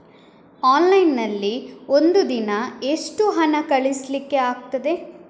Online ನಲ್ಲಿ ಒಂದು ದಿನ ಎಷ್ಟು ಹಣ ಕಳಿಸ್ಲಿಕ್ಕೆ ಆಗ್ತದೆ?